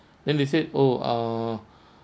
then they said oh err